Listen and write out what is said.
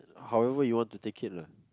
however you want to take it lah